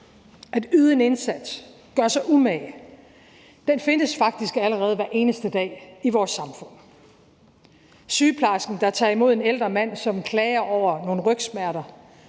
at yde en indsats, gøre sig umage, findes faktisk allerede hver eneste dag i vores samfund: Sygeplejersken, der tager imod en ældre mand, som klager over nogle rygsmerter,